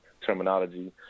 terminology